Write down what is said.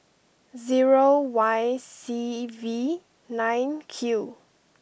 zero Y C V nine Q